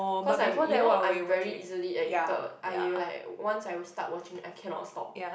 cause I'm you know I'm very easily addicted I like once I will start watching I cannot stop